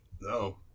No